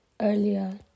earlier